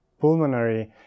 pulmonary